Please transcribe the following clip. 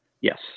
Yes